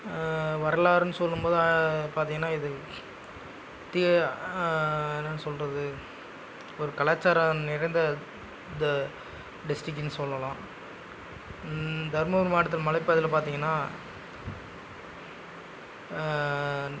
வரலாறுன்னு சொல்லும்போது பார்த்திங்னா இது தீ என்னன்னு சொல்லுறது ஒரு கலாச்சாரம் நிறைந்த இந்த டிஸ்டிக்கினு சொல்லலாம் தர்மபுரி மாவட்டத்தில் மலைப்பாதையில் பார்த்திங்கனா